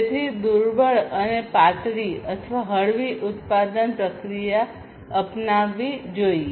તેથી દુર્બળ અને પાતળી ઉત્પાદન પ્રક્રિયા અપનાવવી જોઈએ